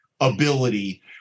ability